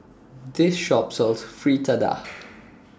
This Shop sells Fritada